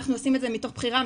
אנחנו עושים את זה מתוך בחירה,